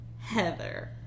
Heather